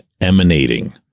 emanating